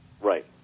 Right